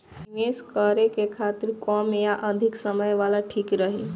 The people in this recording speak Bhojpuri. निवेश करें के खातिर कम या अधिक समय वाला ठीक रही?